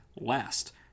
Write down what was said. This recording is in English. last